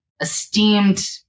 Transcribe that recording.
esteemed